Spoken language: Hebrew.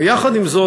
ויחד עם זאת,